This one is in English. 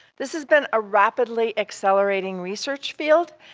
this has been a rapidly accelerating research field,